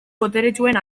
boteretsuen